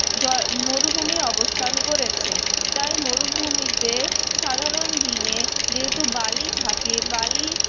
মরুভূমি অবস্থান করেছে তাই মরুভূমিতে সাধারণ দিনে যেহেতু বালি থাকে বালি